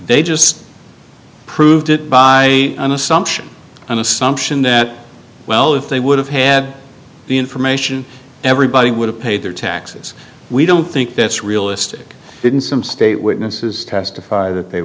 they just proved it by an assumption an assumption that well if they would have had the information everybody would have paid their taxes we don't think that's realistic didn't some state witnesses testify that they